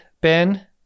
Ben